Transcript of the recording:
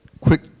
quick